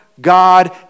God